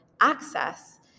access